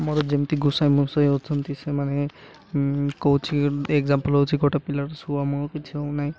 ଆମର ଯେମିତି ଘୁଷାଇ ମୁଷାଇ ଅଛନ୍ତି ସେମାନେ କହୁଛି ଏଗ୍ଜାମ୍ପଲ୍ ହେଉଛି ଗୋଟେ ପିଲାର ଶୁଆ ଆମ କିଛି ହଉନାହିଁ